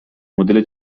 مدل